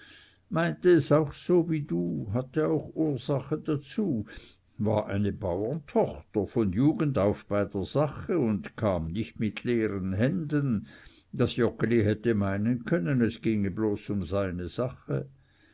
meinte es auch so wie du hatte auch ursache dazu war eine bauerntochter von jugend auf bei der sache und kam nicht mit leeren händen daß joggeli hätte meinen können es ginge bloß um seine sache